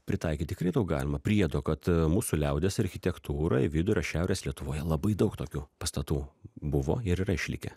pritaikyt tikrai to galima priedo kad mūsų liaudies architektūroj vidurio šiaurės lietuvoje labai daug tokių pastatų buvo ir yra išlikę